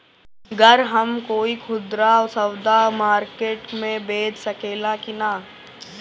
गर हम कोई खुदरा सवदा मारकेट मे बेच सखेला कि न?